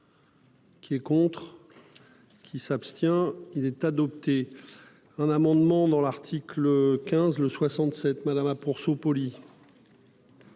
Qui est contre. Qui s'abstient. Il est adopté un amendement dans l'article 15, le 67, madame pour.--